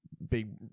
big